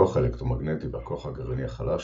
הכוח האלקטרומגנטי והכוח הגרעיני החלש